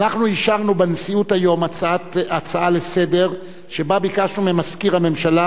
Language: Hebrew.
אנחנו אישרנו בנשיאות היום הצעה לסדר-היום שבה ביקשנו ממזכיר הממשלה